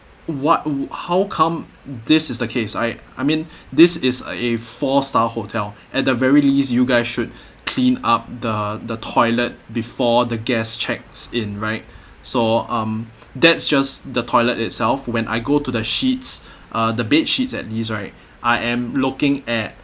what wou~ how come this is the case I I mean this is a four star hotel at the very least you guys should clean up the the toilet before the guest checks in right so um that's just the toilet itself when I go to the sheets uh the bed sheets at this right I am looking at